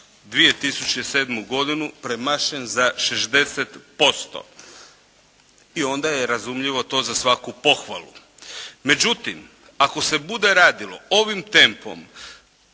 2007. godinu premašen za 60%. I onda je razumljivo to za svaku pohvalu. Međutim ako se bude radilo ovim tempom